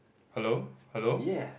hello hello